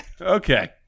Okay